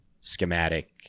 schematic